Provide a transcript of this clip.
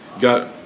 got